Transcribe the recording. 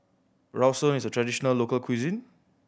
is a traditional local cuisine